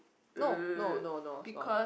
no no no no it's not